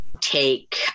Take